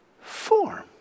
form